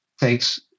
takes